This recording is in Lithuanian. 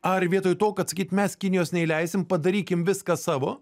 ar vietoj to kad sakyt mes kinijos neįleisim padarykim viską savo